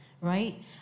right